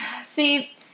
See